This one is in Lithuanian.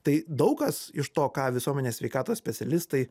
tai daug kas iš to ką visuomenės sveikatos specialistai